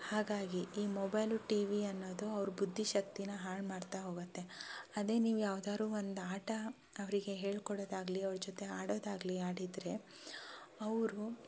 ಹಾಗಾಗಿ ಈ mobile T V ಅನ್ನೋದು ಅವ್ರ ಬುದ್ಧಿಶಕ್ತಿನ ಹಾಳು ಮಾಡ್ತಾ ಹೋಗತ್ತೆ ಅದೇ ನೀವು ಯಾವ್ದಾರೂ ಒಂದು ಆಟ ಅವರಿಗೆ ಹೇಳಿಕೊಡೋದಾಗ್ಲಿ ಅವ್ರ ಜೊತೆ ಆಡೋದಾಗಲಿ ಆಡಿದರೆ ಅವರು